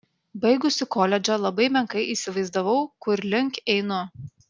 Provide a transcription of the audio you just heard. baigusi koledžą labai menkai įsivaizdavau kur link einu